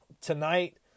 Tonight